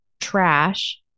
trash